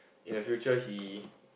in the future he